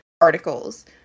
articles